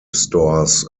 stores